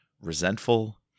resentful